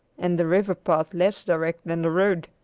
and the river path less direct than the road,